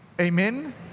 amen